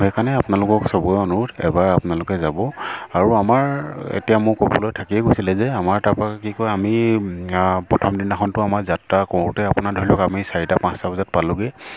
সেইকাৰণে আপোনালোকক সবকে অনুৰোধ এবাৰ আপোনালোকে যাব আৰু আমাৰ এতিয়া মোৰ ক'বলৈ থাকিয়ে গৈছিলে যে আমাৰ তাৰপৰা কি কয় আমি প্ৰথম দিনাখনতো আমাৰ যাত্ৰা কৰোঁতে আপোনাৰ ধৰি লওক আমি চাৰিটা পাঁচটা বজাত পালোগৈ